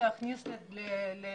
שעה.